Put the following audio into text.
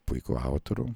puikų autorių